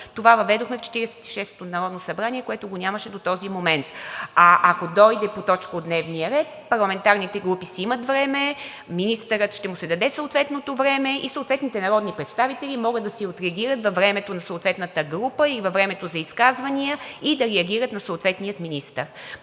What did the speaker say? Това въведохме в Четиридесет и шестото народно събрание, което го нямаше до този момент. А ако дойде по точка от дневния ред, парламентарните групи си имат време, на министъра ще му се даде съответното време. Народните представители могат да си отреагират във времето на съответната група и във времето за изказвания и да реагират на съответния министър.